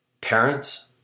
Parents